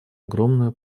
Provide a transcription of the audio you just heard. огромную